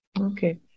Okay